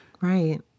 Right